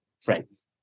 friends